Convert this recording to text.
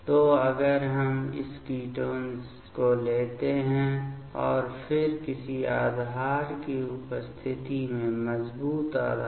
तो अगर हम इस कीटोन को लेते हैं और फिर किसी आधार की उपस्थिति में मजबूत आधार